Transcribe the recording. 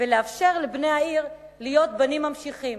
ולאפשר לבני העיר להיות בנים ממשיכים